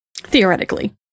Theoretically